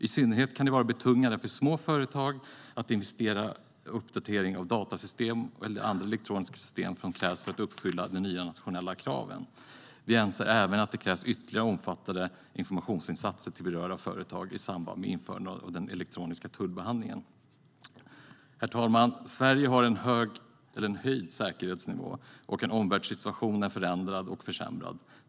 I synnerhet kan det vara betungande för små företag att investera i uppdatering av datasystem eller andra elektroniska system som krävs för att uppfylla de nya nationella kraven. Vi anser även att det krävs ytterligare omfattande informationsinsatser till berörda företag i samband med införandet av den elektroniska tullbehandlingen. Herr talman! Sverige har höjd säkerhetsnivå, och omvärldssituationen är förändrad och försämrad.